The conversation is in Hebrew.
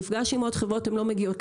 נפגש עם עוד חברות והם לא מגיעות,